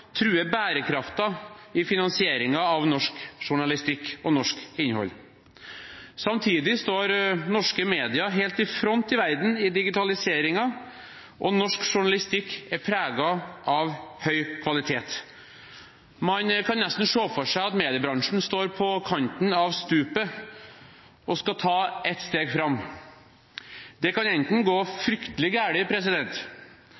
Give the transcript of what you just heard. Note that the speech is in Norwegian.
truer bærekraften i finansieringen av norsk journalistikk og norsk innhold. Samtidig står norske medier helt i front i verden i digitaliseringen, og norsk journalistikk er preget av høy kvalitet. Man kan nesten se for seg at mediebransjen står på kanten av stupet og skal ta ett steg fram. Det kan gå